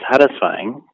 satisfying